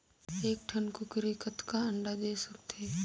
एक ठन कूकरी कतका अंडा दे सकथे?